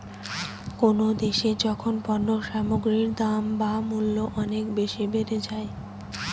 কোনো দেশে যখন পণ্য সামগ্রীর দাম বা মূল্য অনেক বেশি বেড়ে যায়